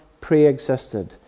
pre-existed